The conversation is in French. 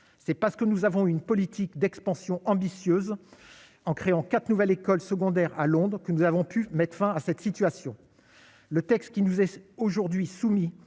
c'est pas ce que nous avons une politique d'expansion ambitieuse en créant 4 nouvelles écoles secondaires à Londres que nous avons pu mette fin à cette situation, le texte qui nous est aujourd'hui soumis